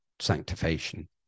sanctification